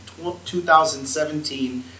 2017